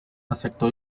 aceptó